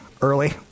early